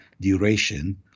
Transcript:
duration